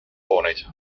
hooneid